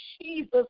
Jesus